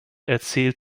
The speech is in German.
erzählt